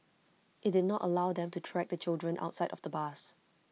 IT did not allow them to track the children outside of the bus